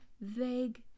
vague